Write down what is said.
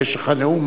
כי יש לך נאום.